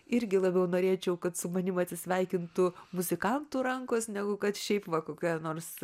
irgi labiau norėčiau kad su manim atsisveikintų muzikantų rankos negu kad šiaip va kokioje nors